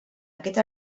aquest